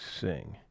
sing